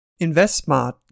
InvestSmart